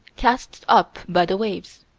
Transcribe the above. cast up by the waves.